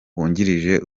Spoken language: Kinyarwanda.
wungirije